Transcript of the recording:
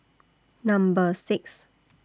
Number six